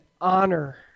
honor